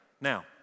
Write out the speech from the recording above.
Now